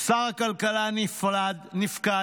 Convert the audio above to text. שר הכלכלה נפקד,